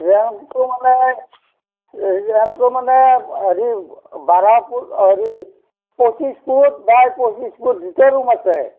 ৰূমটো মানে ৰূমটো মানে হেৰি বাৰ ফুট হেৰি পঁচিছ ফুট বাই পঁচিছ ফুট দুটা ৰূম আছে